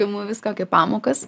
imu viską kaip pamokas